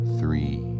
three